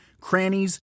crannies